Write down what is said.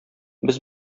без